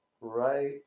right